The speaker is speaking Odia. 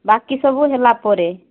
ବାକି ସବୁ ହେଲା ପରେ